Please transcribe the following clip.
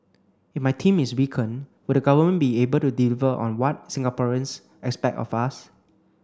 if my team is weakened would the government be able to deliver on what Singaporeans expect of us